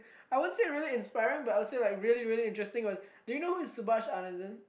I won't say really inspiring but I would say like really really interesting was do you know who is Subash-Anandan